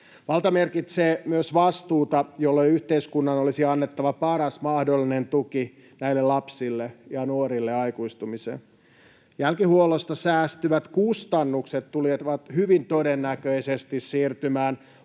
Valta merkitsee myös vastuuta, jolloin yhteiskunnan olisi annettava paras mahdollinen tuki näille lapsille ja nuorille aikuistumiseen. Jälkihuollosta säästyvät kustannukset tulevat hyvin todennäköisesti siirtymään